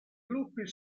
gruppi